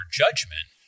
judgment